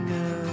go